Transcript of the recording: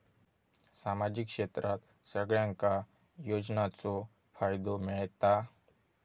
सामाजिक क्षेत्रात सगल्यांका योजनाचो फायदो मेलता?